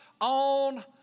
on